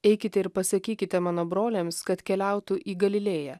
eikite ir pasakykite mano broliams kad keliautų į galilėją